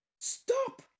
stop